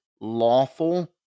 lawful